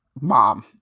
mom